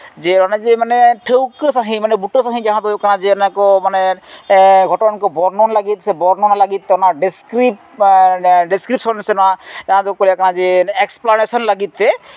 ᱡᱮ ᱚᱱᱮ ᱡᱮ ᱢᱟᱱᱮ ᱴᱷᱟᱹᱣᱠᱟᱹ ᱥᱟᱺᱦᱤᱡ ᱢᱟᱱᱮ ᱵᱩᱴᱟᱹ ᱥᱟᱺᱦᱤᱡ ᱡᱟᱦᱟᱸ ᱫᱚ ᱦᱩᱭᱩᱜ ᱠᱱᱟ ᱡᱮ ᱚᱱᱮ ᱠᱚ ᱢᱟᱱᱮ ᱜᱷᱚᱴᱚᱱ ᱠᱚ ᱵᱚᱨᱠᱱᱚᱱ ᱞᱟᱹᱜᱤᱫ ᱥᱮ ᱵᱚᱨᱱᱚᱱᱟ ᱞᱟᱹᱜᱤᱫ ᱛᱮ ᱚᱱᱟ ᱰᱤᱥᱠᱨᱤᱯᱴ ᱰᱤᱥᱠᱨᱤᱯᱥᱚᱱ ᱨᱮ ᱥᱮ ᱱᱟᱜ ᱡᱟᱦᱟᱸ ᱫᱚᱠᱚ ᱞᱟᱹᱭᱮᱫ ᱠᱟᱱᱟ ᱡᱮ ᱮᱠᱥᱯᱞᱟᱱᱮᱥᱚᱱ ᱞᱟᱹᱜᱤᱫᱛᱮ ᱡᱮᱢᱚᱱ